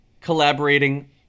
collaborating